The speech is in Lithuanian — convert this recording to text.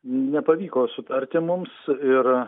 nepavyko sutarti mums ir